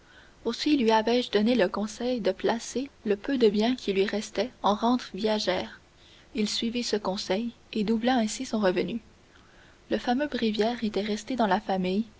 aussi lui avais-je donné le conseil de placer le peu de biens qui lui restait en rentes viagères il suivit ce conseil et doubla ainsi son revenu le fameux bréviaire était resté dans la famille